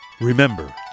Remember